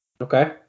Okay